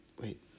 Wait